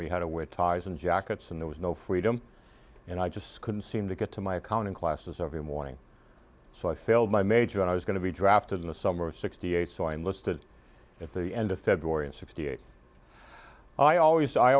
we had to wear ties and jackets and there was no freedom and i just couldn't seem to get to my accounting classes every morning so i failed my major and i was going to be drafted in the summer of sixty eight so i enlisted at the end of february in sixty eight i always i